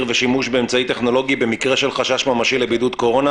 ושימוש באמצעי טכנולוגי במקרה של חשש ממשי לבידוד קורונה